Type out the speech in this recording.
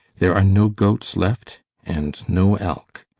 there are no goats left and no elk.